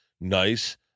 nice